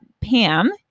Pam